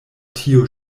tio